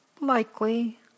Likely